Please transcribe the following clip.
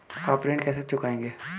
आप ऋण कैसे चुकाएंगे?